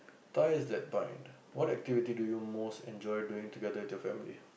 ties that bind what activities do you most enjoy doing together with your family